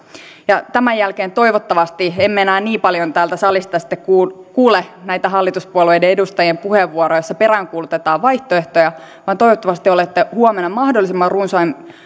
ja tämän jälkeen toivottavasti emme enää niin paljon täältä salista sitten kuule näitä hallituspuolueiden edustajien puheenvuoroja joissa peräänkuulutetaan vaihtoehtoja vaan toivottavasti olette huomenna mahdollisimman runsain